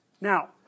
Now